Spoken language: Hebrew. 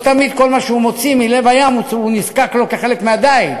לא תמיד כל מה שהוא מוציא מלב הים הוא נזקק לו כחלק מהדיג,